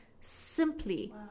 simply